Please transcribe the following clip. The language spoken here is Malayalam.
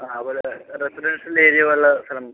ആ അതുപോലെ റെസിഡൻഷ്യൽ ഏര്യ ഉള്ള സ്ഥലം